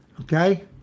okay